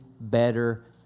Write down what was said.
better